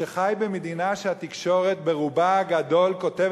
שחי במדינה שהתקשורת ברובה הגדול כותבת